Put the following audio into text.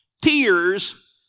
tears